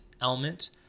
element